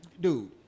Dude